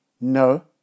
No